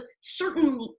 certain